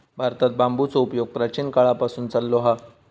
भारतात बांबूचो उपयोग प्राचीन काळापासून चाललो हा